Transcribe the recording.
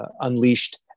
unleashed